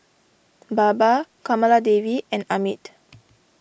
Baba Kamaladevi and Amit